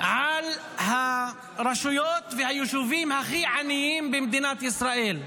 על הרשויות והיישובים הכי עניים במדינת ישראל.